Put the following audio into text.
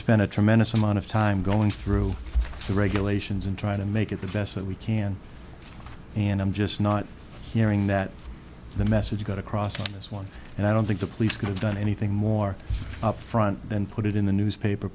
spend a tremendous amount of time going through the regulations and try to make it the best that we can and i'm just not hearing that the message got across as one and i don't think the police could have done anything more up front then put it in the newspaper